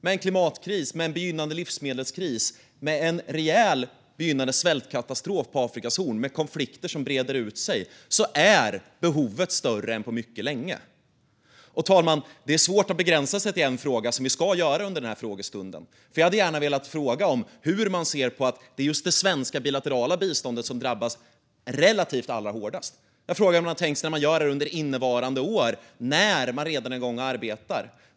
Med en klimatkris, med en begynnande livsmedelskris och med en rejäl begynnande svältkatastrof på Afrikas horn med konflikter som breder ut sig är behovet större än på mycket länge. Fru talman! Det är svårt att begränsa sig till en fråga som vi ska göra under frågestunden, för jag hade gärna velat fråga om hur man ser på att det är just det svenska bilaterala biståndet som drabbas relativt hårdast. Jag undrar hur man har tänkt när man gör detta under innevarande år när man redan är igång och arbetar.